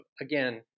again